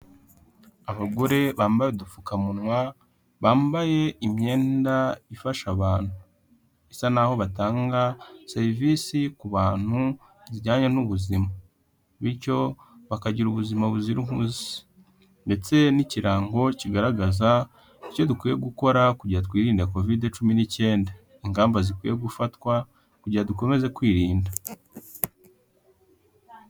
Abagore bambaye udupfukamunwa bambaye imyenda ifasha abantu, bisa naho batanga serivisi ku bantu zijyanye n'ubuzima bityo bakagira ubuzima buzira umuze, ndetse n'ikirango kigaragaza icyo dukwiye gukora kugira twirindade covide cumi n'icyenda, ingamba zikwiye gufatwa kugira dukomeze kwirinda.